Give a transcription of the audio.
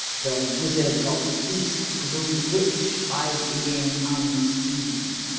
the wizards of the east grew rich by being unseen.